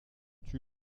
tue